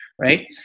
right